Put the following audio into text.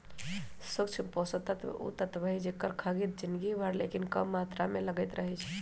सूक्ष्म पोषक तत्व उ तत्व हइ जेकर खग्गित जिनगी भर लेकिन कम मात्र में लगइत रहै छइ